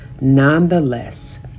Nonetheless